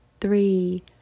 three